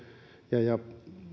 ja ja